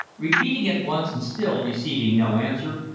repeating it once, and still receiving no answer,